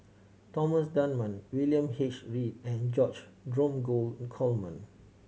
Thomas Dunman William H Read and George Dromgold Coleman